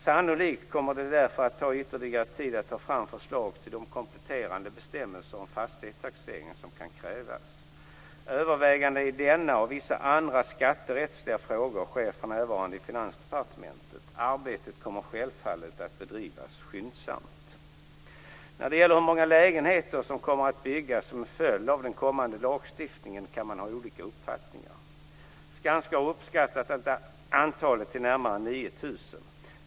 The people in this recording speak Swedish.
Sannolikt kommer det därför att ta ytterligare tid att ta fram förslag till de kompletterande bestämmelser om fastighetstaxering som kan krävas. Överväganden i denna och vissa andra skatterättsliga frågor sker för närvarande i Finansdepartementet. Arbetet kommer självfallet att bedrivas skyndsamt. När det gäller hur många lägenheter som kommer att byggas som en följd av den kommande lagstiftningen kan man ha olika uppfattningar. Skanska har uppskattat antalet till närmare 9 000.